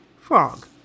Frog